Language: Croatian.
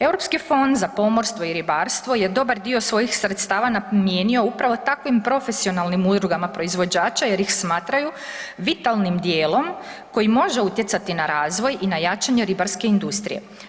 Europski fond za pomorstvo i ribarstvo je dobar dio svojih sredstava namijenio upravo takvim profesionalnim udrugama proizvođača jer ih smatraju vitalnim dijelom koji može utjecati na razvoj i na jačanje ribarske industrije.